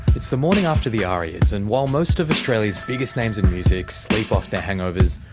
it's the morning after the aria's, and while most of australia's biggest names in music sleep off their hangovers,